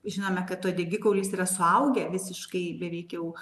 žinome kad uodegikaulis yra suaugę visiškai be veikiau